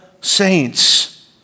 saints